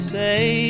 say